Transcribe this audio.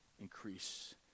increase